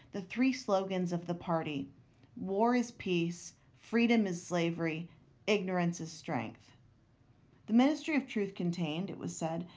the three slogans of the party war is peace freedom is slavery ignorance is strength the ministry of truth contained, it was said,